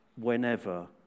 whenever